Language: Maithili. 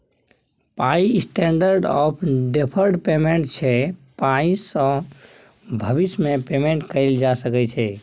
पाइ स्टेंडर्ड आफ डेफर्ड पेमेंट छै पाइसँ भबिस मे पेमेंट कएल जा सकै छै